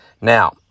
Now